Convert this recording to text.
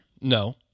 No